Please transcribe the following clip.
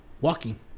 walking